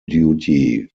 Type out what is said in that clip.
duty